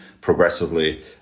progressively